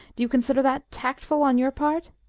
do you consider that tactful on your part?